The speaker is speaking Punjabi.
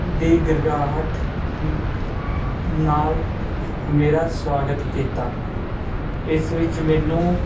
ਦੀ ਗਿਰਗਾਹਟ ਨਾਲ ਮੇਰਾ ਸਵਾਗਤ ਕੀਤਾ ਇਸ ਵਿੱਚ ਮੈਨੂੰ